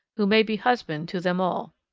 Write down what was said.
who may be husband to them all.